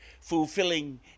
fulfilling